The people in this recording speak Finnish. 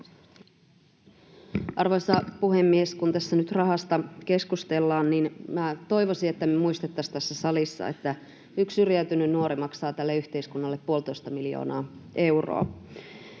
Arvoisa puhemies! Kun tässä nyt rahasta keskustellaan, niin minä toivoisin, että me muistettaisiin tässä salissa, että yksi syrjäytynyt nuori maksaa tälle yhteiskunnalle puolitoista miljoonaa euroa.